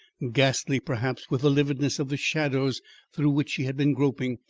ghastly perhaps with the lividness of the shadows through which she had been groping,